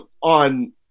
on